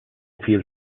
viel